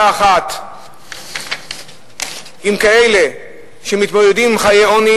אחת עם כאלה שמתמודדים עם חיי עוני,